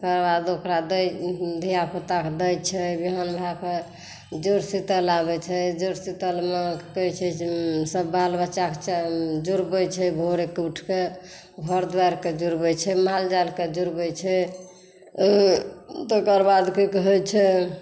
तकरबाद ओकरा दै धियापुता के दै छै बिहान भऽ कऽ जुड़शीतल आबै छै जुड़शीतल मे की कहै छै सब बालबच्चा के जुड़बै छै भोर कऽ उठि कऽ घर दुआरि के जुड़बै मालजाल के जुड़बै छै तकरबाद की कहै छै